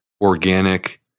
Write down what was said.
organic